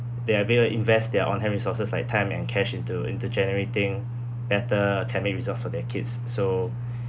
their way on invest their on-hand resources like time and cash into into generating better technique resource of their kids so